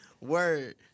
Word